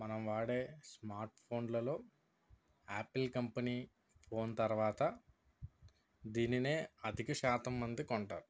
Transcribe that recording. మనం వాడే స్మార్ట్ ఫోన్లలో ఆపిల్ కంపెనీ ఫోన్ తరవాత దీనిని అధిక శాతం మంది కొంటారు